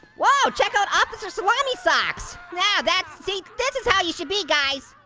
woah, check out officer salami socks. now that's, see this is how you should be guys.